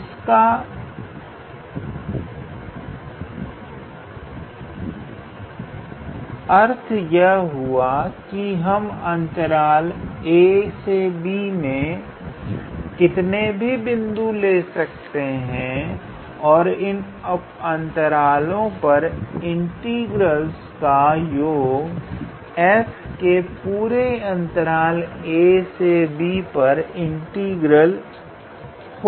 इसका अर्थ यह हुआ कि हम अंतराल ab में कितने भी बिंदु ले सकते हैं और इन उप अंतरालों पर इंटीग्रलस का योग फलन f का पूरे अंतराल ab पर इंटीग्रल होगा